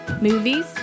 movies